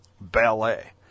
Ballet